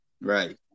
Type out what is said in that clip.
Right